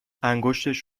انگشتش